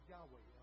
Yahweh